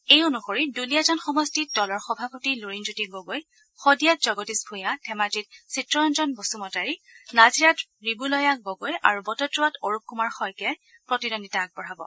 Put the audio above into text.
এই অনুসৰি দুলীয়াজান সমষ্টিত দলৰ সভাপতি লুৰিণজ্যোতি গগৈ শদিয়াত জগদীশ ভূঞা ধেমাজিত চিত্তৰঞ্জন বসুমতাৰী নাজিৰাত ৰিবুলয়া গগৈ আৰু বটদ্ৰৱাত অৰূপ কুমাৰ শইকীয়াই প্ৰতিদ্বন্দ্বিতা আগবঢ়াব